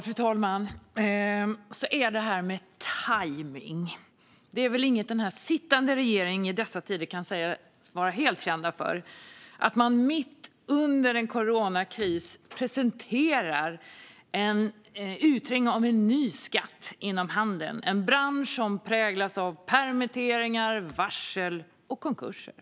Fru talman! Det är det här med tajmning, och det är väl ingenting som den sittande regeringen kan sägas vara helt känd för i dessa tider. Mitt under coronakrisen presenterar man en utredning om en ny skatt inom handeln - en bransch som präglas av permitteringar, varsel och konkurser.